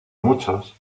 muchos